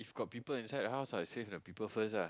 if got people inside the house ah save the people first ah